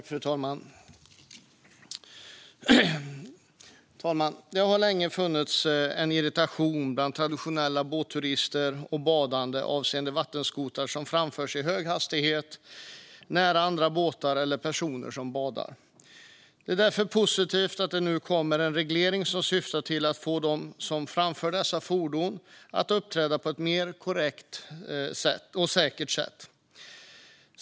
Fru talman! Det har länge funnits en irritation bland traditionella båtturister och badande avseende vattenskotrar som framförs i hög hastighet nära andra båtar eller personer som badar. Det är därför positivt att det nu kommer en reglering som syftar till att få dem som framför dessa fordon att uppträda på ett mer korrekt och säkert sätt.